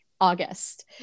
August